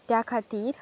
त्या खातीर